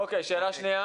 אוקיי, שאלה שנייה.